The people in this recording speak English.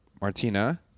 Martina